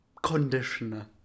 Conditioner